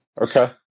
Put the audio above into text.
Okay